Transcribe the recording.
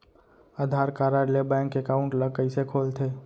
आधार card ले bank account ल कइसे खोलथे?